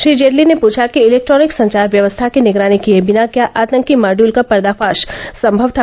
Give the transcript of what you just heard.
श्री जेटली ने पूछा कि इलैक्ट्रॉनिक संचार व्यवस्था की निगरानी किए बिना क्या आतंकी माड्यूल का पर्दाफाश संभव था